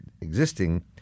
existing